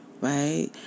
Right